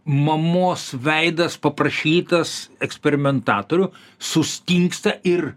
mamos veidas paprašytas eksperimentatorių sustingsta ir